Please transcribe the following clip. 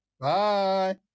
Bye